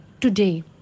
today